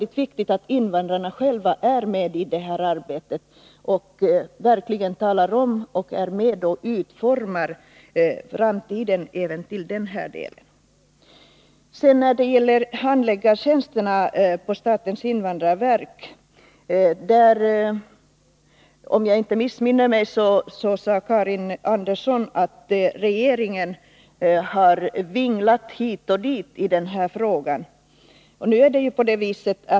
Det är viktigt att invandrarna själva är med i arbetet att utforma framtiden även i denna del. När det gäller handläggartjänsterna på statens invandrarverk sade Karin Andersson, om jag inte missminner mig, att regeringen har vinglat hit och dit i denna fråga.